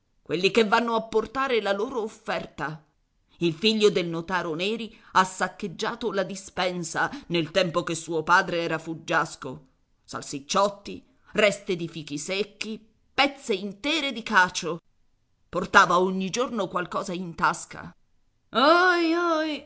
quelli che vanno a portare la loro offerta il figlio del notaro neri ha saccheggiato la dispensa nel tempo che suo padre era fuggiasco salsicciotti reste di fichi secchi pezze intere di cacio portava ogni giorno qualcosa in tasca